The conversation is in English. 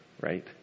right